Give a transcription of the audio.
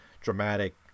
dramatic